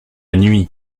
nuit